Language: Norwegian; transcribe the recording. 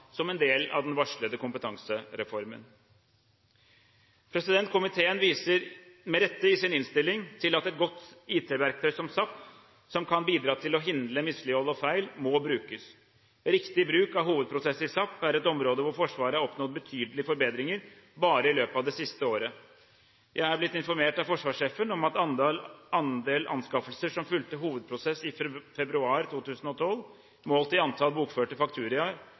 som en del av den varslede kompetansereformen. Komiteen viser, med rette, i sin innstilling til at et godt IT-verktøy som SAP, som kan bidra til å hindre mislighold og feil, må brukes. Riktig bruk av hovedprosess i SAP er et område hvor Forsvaret har oppnådd betydelige forbedringer bare i løpet av det siste året. Jeg er blitt informert av forsvarssjefen om at andel anskaffelser som fulgte hovedprosess i februar 2012, målt i antall bokførte